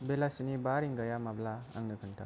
बेलासिनि बा रिंगाया माब्ला आंनो खोन्था